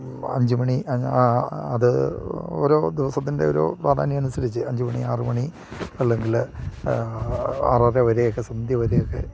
അഞ്ച് മണി അത് ഓരോ ദിവസത്തിൻ്റെ ഓരോ പ്രാധാന്യം അനുസരിച്ചു അഞ്ച് മണി ആറ് മണി അല്ലെങ്കിൽ ആറര വരെയൊക്കെ സന്ധ്യ വരെയൊക്കെ